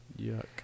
Yuck